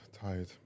Tired